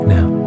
Now